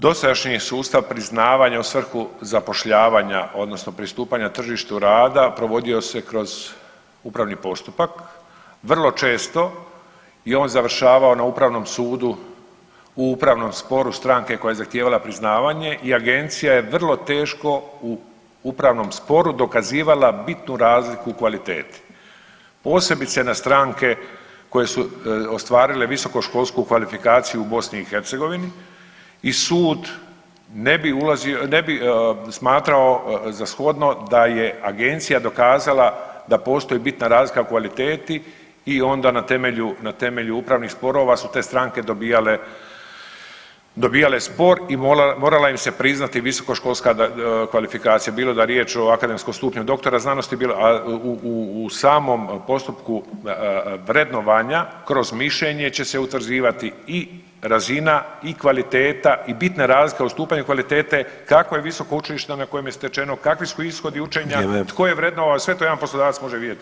Dosadašnji sustav priznavanja u svrhu zapošljavanja odnosno pristupanja tržištu rada provodio se kroz upravni postupak vrlo često i on završavao na upravnom sudu, u upravnom sporu stranke koja je zahtijevala priznavanje i agencija je vrlo teško u upravnom sporu dokazivala bitnu razliku u kvaliteti, posebice na stranke koje su ostvarile visokoškolsku kvalifikaciju u BiH i sud ne bi smatrao za shodno da je agencija dokazala da postoji bitna razlika u kvaliteti i onda na temelju, na temelju upravnih sporova su te stranke dobijale, dobijale spor i morala im se priznati visokoškolska kvalifikacija, bilo da je riječ o akademskom stupnju doktora znanosti, bilo, a u samom postupku vrednovanja kroz mišljenje će se utvrđivati i razina i kvaliteta i bitna razlika u stupnju kvalitete kakvo je visoko učilište na kojem je stečeno, kakvi su ishodi učenja, [[Upadica: Vrijeme]] tko je vrednovao, sve to jedan poslodavac može vidjeti.